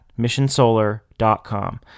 missionsolar.com